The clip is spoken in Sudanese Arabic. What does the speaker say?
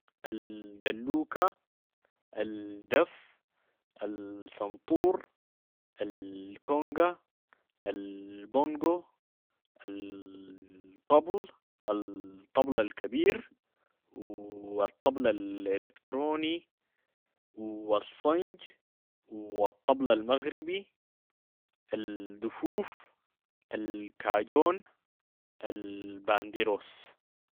الدلوكة، الدف، الصنطور، ال- كونقا، ال- بونقو، ال- طبل، الطبل الكبير و الطبل الالكتروني و الصنج و الطبل المغربي، الدفوف، الكاجون، البانديروس.